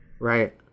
Right